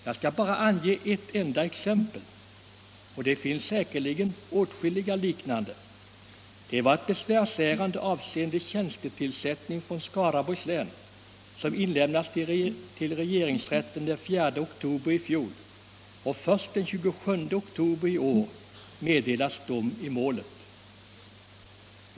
Jag skall bara ange ett enda exempel här — det finns säkerligen åtskilliga liknande. Det var ett besvärsärende avseende en tjänstetillsättning från Skaraborgs län som inkom till regeringsrätten den 4 oktober i fjol, men först den 27 oktober i år meddelades dom i målet.